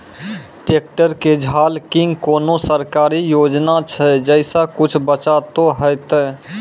Tractor के झाल किंग कोनो सरकारी योजना छ जैसा कुछ बचा तो है ते?